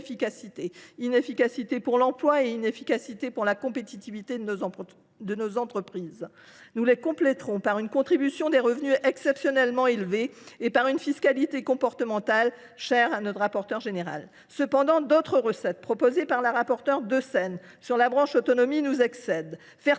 inefficacité pour l’emploi et pour la compétitivité de nos entreprises. Nous compléterons ces ressources par une contribution des revenus exceptionnellement élevés et par une fiscalité comportementale chère à notre rapporteure générale. Toutefois, d’autres recettes proposées par Mme le rapporteur Deseyne pour la branche autonomie nous excèdent.